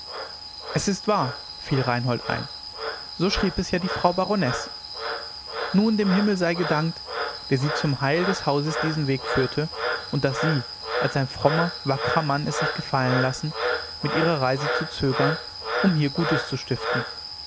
es ist wahr fiel reinhold ein so schrieb es ja die frau baronesse nun dem himmel sei es gedankt der sie zum heil des hauses diesen weg führte und daß sie als ein frommer wackrer mann es sich gefallen lassen mit ihrer reise zu zögern um hier gutes zu stiften